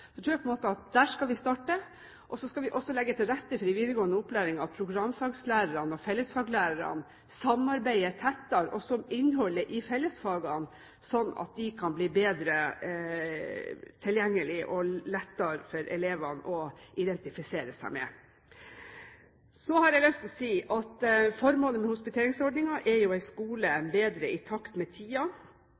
tror at det er der vi skal starte, og så skal vi også legge til rette for en videregående opplæring der programfaglærerne og fellesfaglærerne kan samarbeide tettere også om innholdet i fellesfagene, slik at de kan bli mer tilgjengelige og lettere for elevene å identifisere seg med. Formålet med hospiteringsordningen er en skole som er bedre i takt med tiden, både når det gjelder arbeidslivets behov og når det gjelder den hverdagen som elevene lever i.